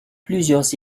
plusieurs